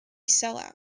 sellout